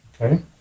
okay